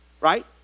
right